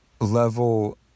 level